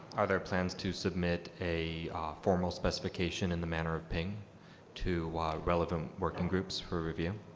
are there plans to submit a formal specification in the manner of png to relevant working groups for review?